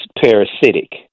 parasitic